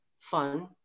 fun